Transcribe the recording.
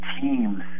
team's